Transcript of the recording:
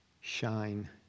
shine